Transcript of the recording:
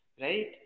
right